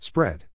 Spread